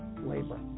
labor